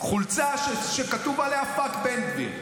חולצה שכתוב עליה: פאק בן גביר.